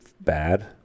bad